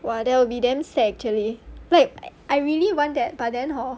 !wah! that will be them sad actually like I really want that but then hor